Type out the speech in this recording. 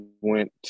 went